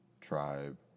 tribe